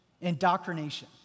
indoctrination